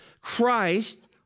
Christ